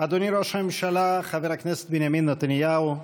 אדוני ראש הממשלה חבר הכנסת בנימין נתניהו,